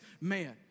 man